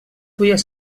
fulles